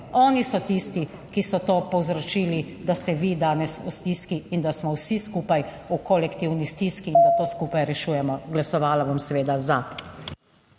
Oni so tisti, ki so to povzročili, da ste vi danes v stiski, in da smo vsi skupaj v kolektivni stiski in da to skupaj rešujemo, glasovala bom seveda za.